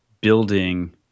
building